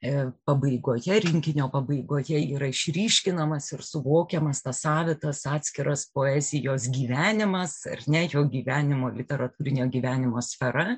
pabaigoje rinkinio pabaigoje yra išryškinamas ir suvokiamas tas savitas atskiras poezijos gyvenimas ar ne jo gyvenimo literatūrinio gyvenimo sfera